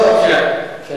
בבקשה.